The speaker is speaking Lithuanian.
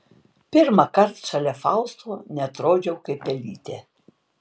pirmąkart šalia fausto neatrodžiau kaip pelytė